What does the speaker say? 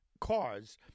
cars—